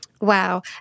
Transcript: Wow